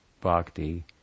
bhakti